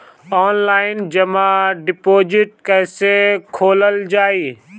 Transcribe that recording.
Online जमा deposit कैसे खोलल जाइ?